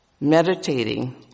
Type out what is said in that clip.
meditating